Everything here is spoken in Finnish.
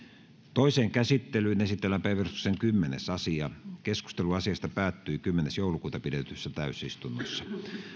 toiseen käsittelyyn esitellään päiväjärjestyksen kymmenes asia keskustelu asiasta päättyi kymmenes kahdettatoista kaksituhattayhdeksäntoista pidetyssä täysistunnossa